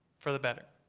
for the better.